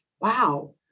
wow